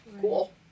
cool